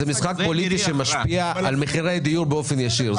זה משחק פוליטי שמשפיע על מחירי הדיור באופן ישיר,